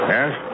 Yes